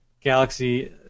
Galaxy